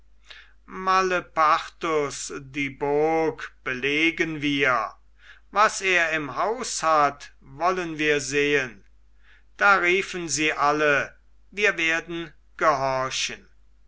malepartus die burg belegen wir was er im haus hat wollen wir sehen da riefen sie alle wir werden gehorchen